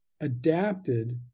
adapted